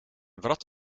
wrat